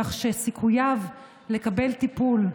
כך שסיכוייו לקבל טיפול,